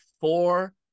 four